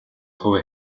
хувиа